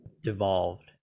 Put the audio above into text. devolved